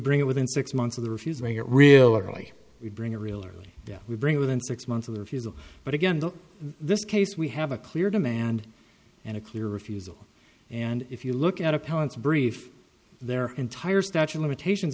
bring it within six months of the refusing it real early we bring a real early we bring within six months of the refusal but again the this case we have a clear demand and a clear refusal and if you look at opponents brief their entire statute limitations